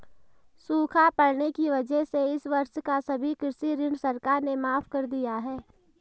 सूखा पड़ने की वजह से इस वर्ष का सभी कृषि ऋण सरकार ने माफ़ कर दिया है